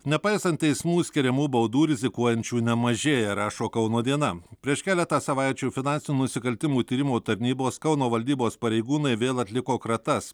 nepaisant teismų skiriamų baudų rizikuojančių nemažėja rašo kauno diena prieš keletą savaičių finansinių nusikaltimų tyrimo tarnybos kauno valdybos pareigūnai vėl atliko kratas